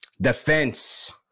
defense